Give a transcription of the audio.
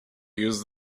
use